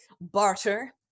barter